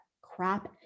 crap